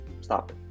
Stop